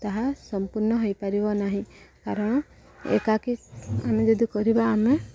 ତାହା ସମ୍ପୂର୍ଣ୍ଣ ହେଇପାରିବ ନାହିଁ କାରଣ ଏକାକି ଆମେ ଯଦି କରିବା ଆମେ